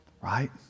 right